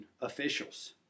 officials